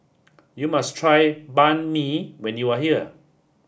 you must try Banh Mi when you are here